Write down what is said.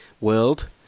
world